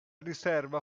riserva